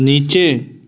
नीचे